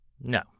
No